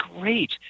great